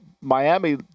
Miami –